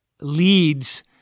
leads